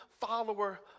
follower